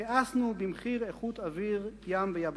תיעשנו במחיר איכות אוויר, ים ויבשה".